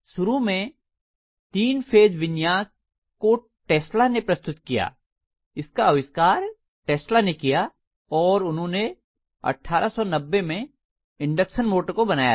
शुरू में तीन फेज विन्यास को टेस्ला ने प्रस्तुत किया इसका अविष्कार टेस्ला ने किया और उन्होंने 1890 में इंडक्शन मोटर को बनाया था